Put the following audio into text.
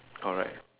alright